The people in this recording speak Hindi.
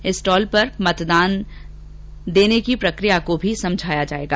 इस स्टॉल पर मत देने की प्रकिया को भी समझाया जाएगा